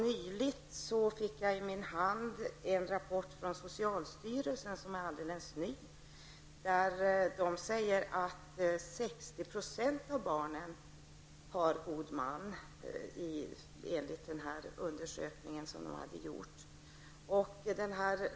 Nyligen fick jag i min hand en alldeles ny rapport från socialstyrelsen, där det sägs att enligt den undersökning som man har gjort 60 % av barnen har god man.